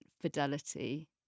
Fidelity